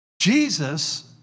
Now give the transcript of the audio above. Jesus